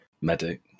Medic